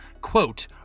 quote